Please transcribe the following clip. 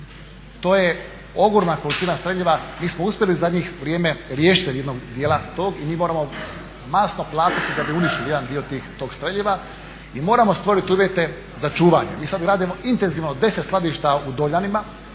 To je ogromna količina streljiva. Mi smo uspjeli u zadnje vrijeme riješiti se jednog dijela tog i mi moramo masno platiti da bi uništili jedan dio tog streljiva i moramo stvoriti uvjete za čuvanje. Mi sada gradimo intenzivno 10 skladišta u Doljanima